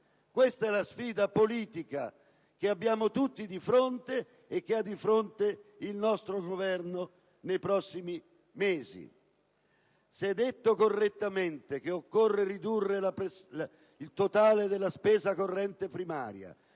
Questa è la sfida politica che abbiamo tutti di fronte e che ha di fronte il nostro Governo nei prossimi mesi. Si è detto correttamente che occorre ridurre il totale della spesa corrente primaria,